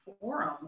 forum